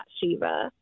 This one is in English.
Shiva